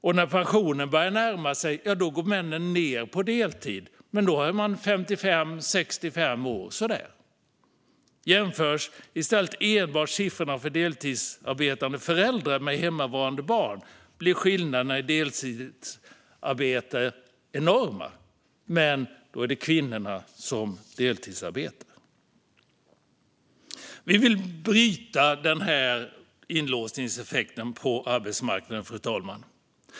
Och när pensionen börjar närma sig, ja, då går männen ned på deltid. Men då är de 55-65 år. Jämförs i stället siffrorna för deltidsarbete enbart för föräldrar med hemmavarande barn blir skillnaderna i deltidsarbete enorma. Men då är det kvinnorna som deltidsarbetar. Vi vill bryta denna inlåsningseffekt på arbetsmarknaden, fru talman.